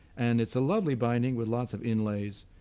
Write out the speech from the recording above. and it's a lovely binding with lots of inlays.